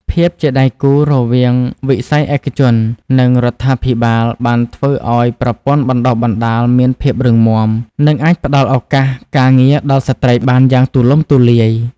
ភាពជាដៃគូរវាងវិស័យឯកជន និងរដ្ឋាភិបាលបានធ្វើឱ្យប្រព័ន្ធបណ្តុះបណ្តាលមានភាពរឹងមាំ និងអាចផ្តល់ឱកាសការងារដល់ស្ត្រីបានយ៉ាងទូលំទូលាយ។